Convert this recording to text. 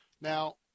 Now